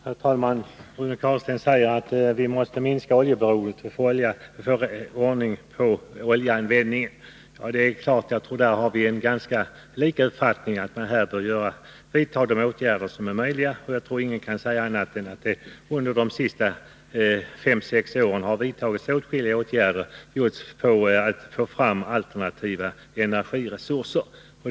Herr talman! Rune Carlstein säger att vi måste minska oljeberoendet och få ordning på oljeanvändningen. På den punkten har vi en likartad uppfattning. Det är klart att man bör vidta de åtgärder som är möjliga i det syftet. Jag tror ingen kan säga annat än att det under de senaste fem sex åren har vidtagits åtskilliga åtgärder för att just få fram alternativa energiresurser.